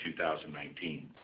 2019